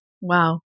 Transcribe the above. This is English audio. Wow